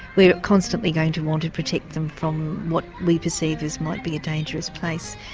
we're constantly going to want to protect them from what we perceive as might be a dangerous place.